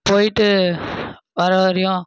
போய்விட்டு வர வரையும்